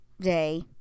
day